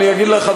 אני אגיד לך,